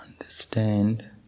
understand